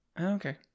okay